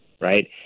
right